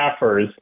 staffers